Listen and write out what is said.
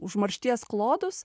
užmaršties klodus